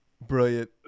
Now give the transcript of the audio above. Brilliant